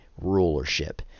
rulership